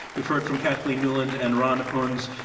we've heard from kathleen newland and ron unz.